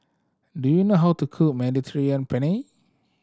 do you know how to cook Mediterranean Penne